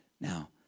Now